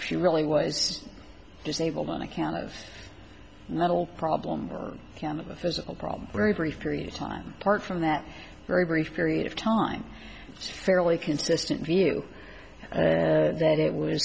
she really was disabled an account of not all problems or a physical problem very brief period of time apart from that very brief period of time fairly consistent view that it w